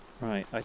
right